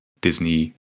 Disney